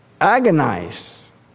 Agonize